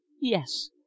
Yes